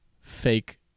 fake